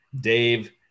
Dave